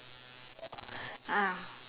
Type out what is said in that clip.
ah